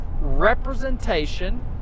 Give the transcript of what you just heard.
representation